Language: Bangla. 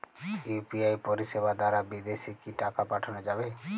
ইউ.পি.আই পরিষেবা দারা বিদেশে কি টাকা পাঠানো যাবে?